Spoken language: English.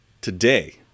Today